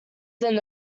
than